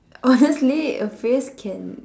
honestly a phrase can